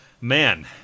man